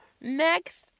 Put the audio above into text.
next